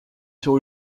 sur